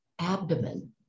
abdomen